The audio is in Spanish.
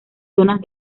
zonas